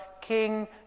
King